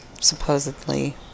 supposedly